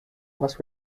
was